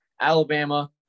Alabama